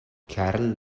karl